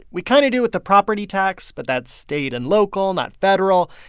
we kind of do with the property tax, but that's state and local not federal.